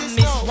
Miss